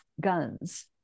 guns